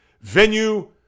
venue